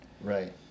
Right